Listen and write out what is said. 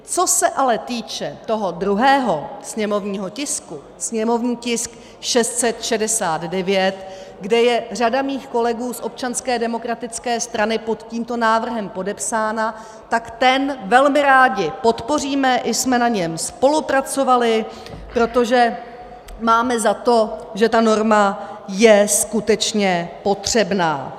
Co se ale týče toho druhého sněmovního tisku, sněmovní tisk 669, kde je řada mých kolegů z Občanské demokratické strany pod tímto návrhem podepsána, tak ten velmi rádi podpoříme, i jsme na něm spolupracovali, protože máme za to, že ta norma je skutečně potřebná.